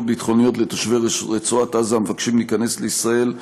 ביטחוניות לתושבי רצועת עזה המבקשים להיכנס לישראל,